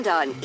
on